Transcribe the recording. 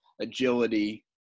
agility